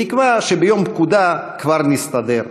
בתקווה שביום פקודה "כבר נסתדר".